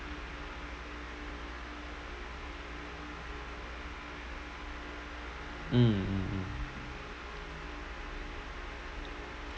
mm mm mm